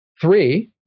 three